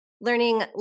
learning